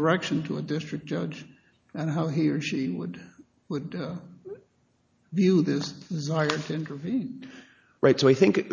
direction to a district judge and how he or she would would view this desire to intervene right so i think